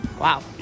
Wow